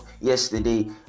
yesterday